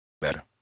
Better